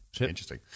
Interesting